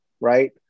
right